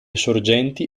sorgenti